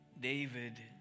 David